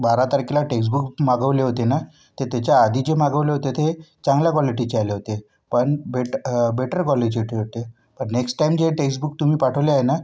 बारा तारखेला टेक्स्टबुक्स मागवले होते ना ते त्याच्या आधीचे मागवले होते ते चांगल्या क्वालिटीचे आले होते पण बेट बेटर क्वालिटीचे होते पण नेक्स्ट टाईम जे टेक्स्टबुक तुम्ही पाठवले आहे ना